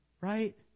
Right